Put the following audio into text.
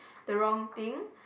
the wrong thing